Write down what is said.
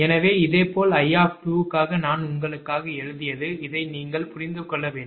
எனவே இதேபோல் 𝐼 க்காக நான் உங்களுக்காக எழுதியது இதை நீங்கள் புரிந்து கொள்ள வேண்டும்